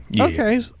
okay